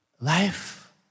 Life